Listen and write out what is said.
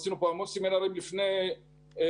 עשינו פה המון סמינרים לפני הקורונה,